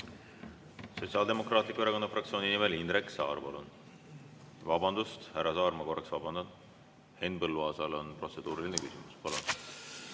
Sotsiaaldemokraatliku Erakonna fraktsiooni nimel Indrek Saar, palun! Vabandust! Härra Saar, ma korraks vabandan. Henn Põlluaasal on protseduuriline küsimus. Palun!